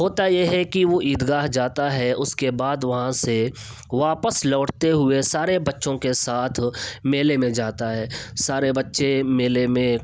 ہوتا یہ ہے کہ وہ عید گاہ جاتا ہے اس کے بعد وہاں سے واپس لوٹتے ہوئے سارے بچوں کے ساتھ میلے میں جاتا ہے سارے بچے میلے میں